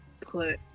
put